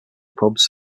pubs